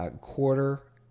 quarter